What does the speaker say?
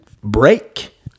break